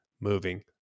moving